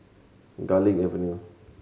Garlick Avenue